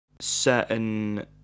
certain